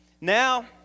Now